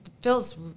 feels